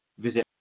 Visit